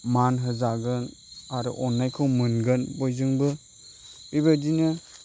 मान होजागोन आरो अन्नायखौ मोनगोन बयजोंबो बेबादिनो